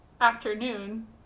afternoon